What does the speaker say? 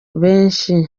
benshi